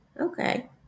Okay